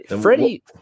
Freddie